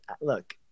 look